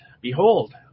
Behold